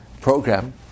program